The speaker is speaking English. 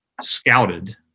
scouted